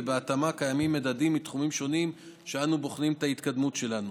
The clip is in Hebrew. ובהתאמה קיימים מדדים מתחומים שונים שבהם אנו בוחנים את ההתקדמות שלנו